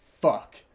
fuck